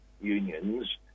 unions